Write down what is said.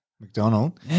McDonald